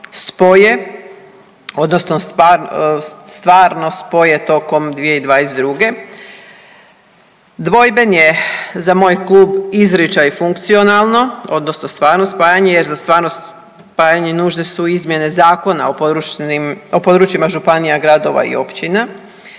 spoje odnosno stvarno spoje tokom 2022. Dvojben je za moj klub izričaj funkcionalno odnosno stvarno spajanje jer za stvarno spajanje nužne su izmjene zakona o područnim, o područjima županija, gradova i općina